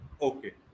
Okay